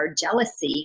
jealousy